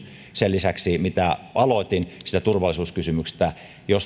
sen lisäksi mistä aloitin sen turvallisuuskysymyksen lisäksi